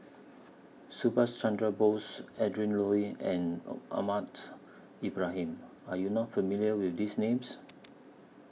Subhas Chandra Bose Adrin Loi and Ahmad Ibrahim Are YOU not familiar with These Names